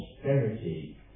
prosperity